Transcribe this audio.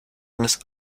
eines